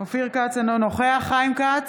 אינו נוכח חיים כץ,